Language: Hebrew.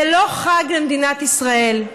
זה לא חג למדינת ישראל.